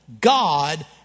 God